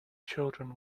children